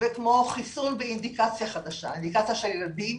וכמו חיסון ואינדיקציה חדשה, אינדיקציה של ילדים,